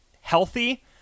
healthy